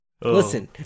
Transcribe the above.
Listen